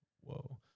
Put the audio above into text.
whoa